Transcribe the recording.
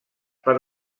per